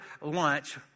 lunch